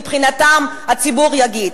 מבחינתה הציבור יגיד.